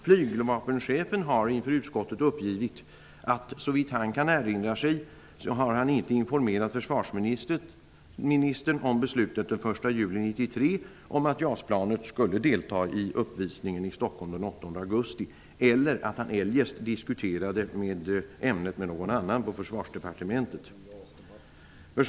Flygvapenchefen har inför utskottet uppgivit att han såvitt han kan erinra sig inte informerat försvarsministern om beslutet den 1 juli 1993 om att JAS-planet skulle delta i uppvisningen i Stockholm den 8 augusti eller att han eljest diskuterade ämnet med någon annan på Försvarsdepartementet.